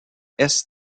est